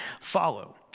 Follow